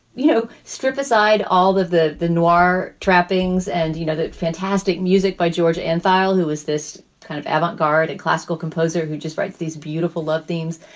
you know, strip aside all of the the noir trappings and, you know, that fantastic music by george and thile, who is this kind of avant garde and classical composer who just writes these beautiful love themes.